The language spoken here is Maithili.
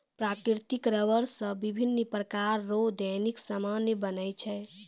प्राकृतिक रबर से बिभिन्य प्रकार रो दैनिक समान बनै छै